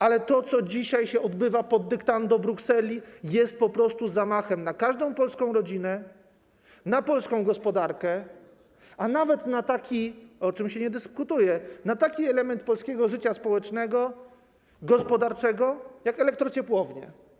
Ale to, co dzisiaj odbywa się pod dyktando Brukseli, jest po prostu zamachem na każdą polską rodzinę, na polską gospodarkę, a nawet, o czym się nie dyskutuje, na taki element polskiego życia społecznego, gospodarczego jak elektrociepłownie.